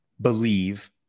believe